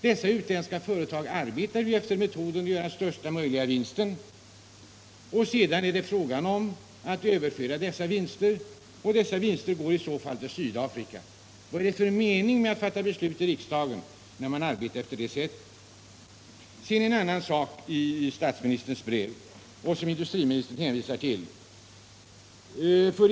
Dessa utländska företag arbetar ju efter metoden att göra största möjliga vinst och att sedan överföra dessa vinster — och i så fall går de till Sydafrika. Vad är det för mening med att fatta beslut i riksdagen när man arbetar på det sättet? Sedan är det en annan sak i statsministerns brev som industriministern hänvisar till.